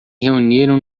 reuniram